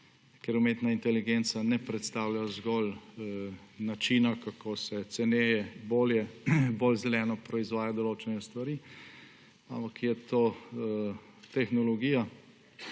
ker umetna inteligenca ne predstavlja zgolj načina, kako se ceneje, bolje, bolj zeleno proizvajajo določene stvari, ampak je to tehnologija,